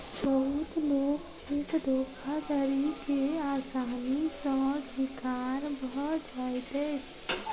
बहुत लोक चेक धोखाधड़ी के आसानी सॅ शिकार भ जाइत अछि